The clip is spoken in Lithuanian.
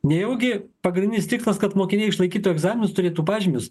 nejaugi pagrindinis tikslas kad mokiniai išlaikytų egzaminus turėtų pažymius